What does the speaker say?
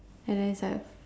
and then it's like